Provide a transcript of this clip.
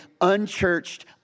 unchurched